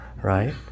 right